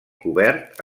cobert